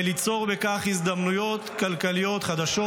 וליצור בכך הזדמנויות כלכליות חדשות,